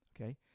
Okay